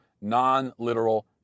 non-literal